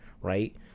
right